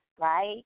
Right